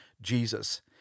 Jesus